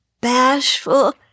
bashful